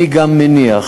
אני גם מניח,